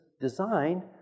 designed